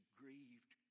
grieved